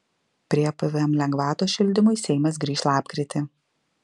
prie pvm lengvatos šildymui seimas grįš lapkritį